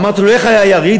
אמרתי לו, איך היה היריד?